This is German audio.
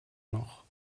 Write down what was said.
noch